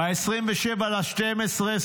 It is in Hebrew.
ב-27 בדצמבר,